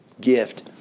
gift